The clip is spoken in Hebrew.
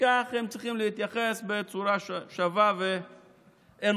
לפיכך צריכים להתייחס אליהם בצורה שווה ואנושית.